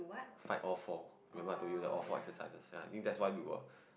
fight all for remember I told you all for exercises then I think that's why we were